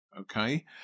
Okay